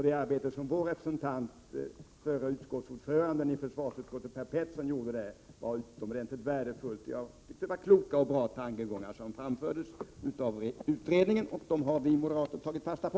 Det arbete som vår representant, förre utskottsordföranden i försvarsutskottet Per Petersson, gjorde där var utomordentligt värdefullt. Det var kloka och bra tankegångar som framfördes av utredningen, och det har vi moderater tagit fasta på.